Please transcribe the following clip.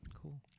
Cool